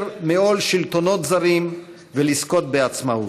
מעול שלטונות זרים ולזכות בעצמאות.